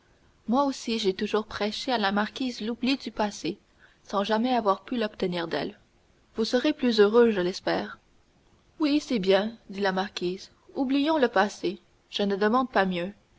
moi aussi j'ai toujours prêché à la marquise l'oubli du passé sans jamais avoir pu l'obtenir d'elle vous serez plus heureux je l'espère oui c'est bien dit la marquise oublions le passé je ne demande pas mieux